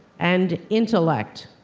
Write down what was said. and intellect.